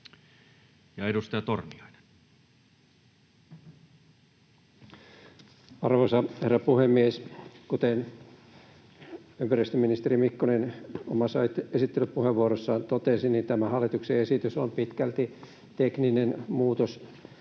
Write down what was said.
16:00 Content: Arvoisa herra puhemies! Kuten ympäristöministeri Mikkonen omassa esittelypuheenvuorossaan totesi, tämä hallituksen esitys on pitkälti tekninen muutos